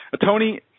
Tony